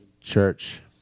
Church